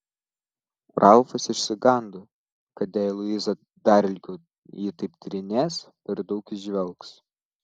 ralfas išsigando kad jei luiza dar ilgiau jį taip tyrinės per daug įžvelgs